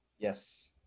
Yes